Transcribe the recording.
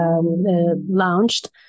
launched